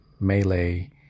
melee